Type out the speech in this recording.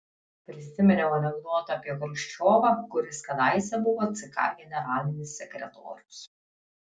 prisiminiau anekdotą apie chruščiovą kuris kadaise buvo ck generalinis sekretorius